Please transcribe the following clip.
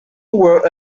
were